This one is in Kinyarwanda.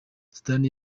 sudani